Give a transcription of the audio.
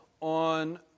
On